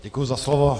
Děkuji za slovo.